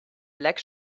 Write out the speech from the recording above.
black